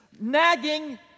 nagging